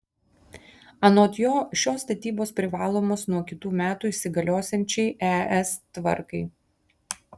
anot jo šios statybos privalomos nuo kitų metų įsigaliosiančiai es tvarkai